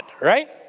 right